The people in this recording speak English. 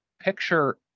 Picture